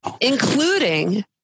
including